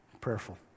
prayerful